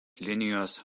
linijos